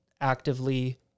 actively